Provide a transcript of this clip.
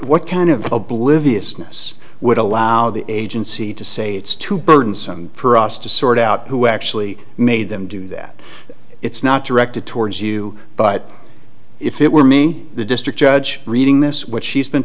what kind of obliviousness would allow the agency to say it's too burdensome for us to sort out who actually made them do that it's not directed towards you but if it were me the district judge reading this which she's been